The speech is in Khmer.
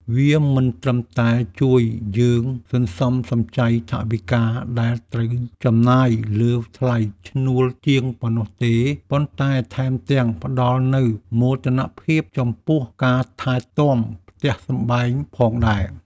វាមិនត្រឹមតែជួយយើងសន្សំសំចៃថវិកាដែលត្រូវចំណាយលើថ្លៃឈ្នួលជាងប៉ុណ្ណោះទេ ប៉ុន្តែថែមទាំងផ្តល់នូវមោទនភាពចំពោះការថែទាំផ្ទះសម្បែងផងដែរ។